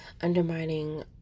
undermining